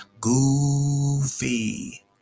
Goofy